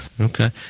okay